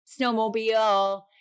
snowmobile